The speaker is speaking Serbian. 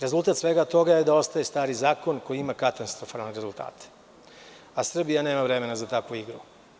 Rezultat svega toga jeste da ostaje stari zakon koji ima katastrofalne rezultate, a Srbija nema vremena za takvu igru.